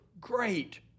great